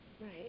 Right